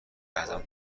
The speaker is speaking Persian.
ازم